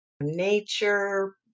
nature